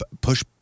push